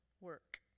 work